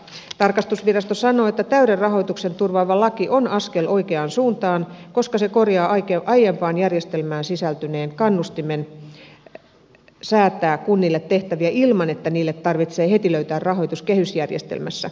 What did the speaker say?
tarkastusvirasto sanoo että täyden rahoituksen turvaava laki on askel oikeaan suuntaan koska se korjaa aiempaan järjestelmään sisältyneen kannustimen säätää kunnille tehtäviä ilman että niille tarvitsee heti löytää rahoitus kehysjärjestelmässä